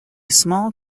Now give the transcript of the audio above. small